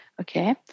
Okay